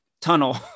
tunnel